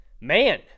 Man